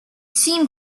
seemed